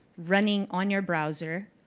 running on your browser,